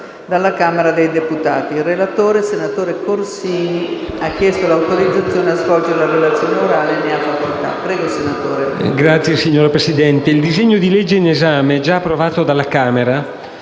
*relatore*. Signora Presidente, il disegno di legge in esame, già approvato dalla Camera